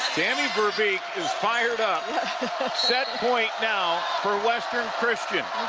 tammi veerbeek is fired up set point now for western christian.